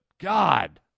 god